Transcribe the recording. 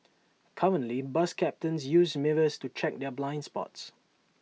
currently bus captains use mirrors to check their blind spots